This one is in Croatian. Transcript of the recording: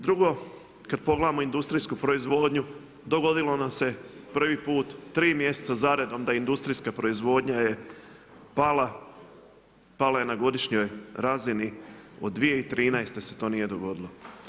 Drugo, kad pogledamo industrijsku proizvodnju dogodilo nam se prvi put 3 mjeseca za redom da industrijska proizvodnja je pala, pala je na godišnjoj razini od 2013. se to nije dogodilo.